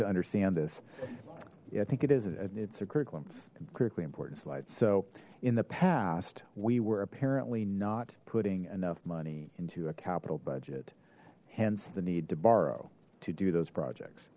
to understand this i think it is it's a curriculum critically important slide so in the past we were apparently not putting enough money into a capital budget hence the need to borrow to do those projects